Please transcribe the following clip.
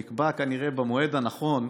נקבע כנראה במועד הנכון.